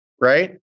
right